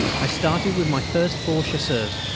i started with my first four chasseurs.